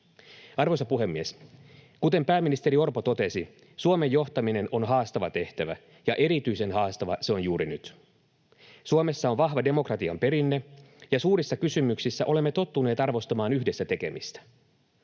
Arvoisa puhemies! Kuten pääministeri Orpo totesi, Suomen johtaminen on haastava tehtävä ja erityisen haastava se on juuri nyt. Suomessa on vahva demokratian perinne, ja suurissa kysymyksissä olemme tottuneet arvostamaan yhdessä tekemistä.